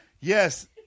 Yes